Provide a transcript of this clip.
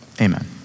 Amen